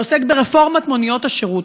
ועסק ברפורמות מוניות השירות.